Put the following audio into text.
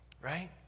Right